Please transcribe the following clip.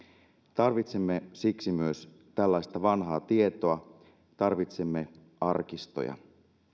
tarvitsemme siksi myös tällaista vanhaa tietoa tarvitsemme arkistoja